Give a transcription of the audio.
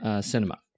Cinema